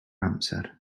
amser